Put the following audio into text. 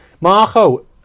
Marco